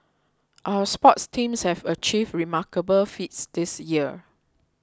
our sports teams have achieved remarkable feats this year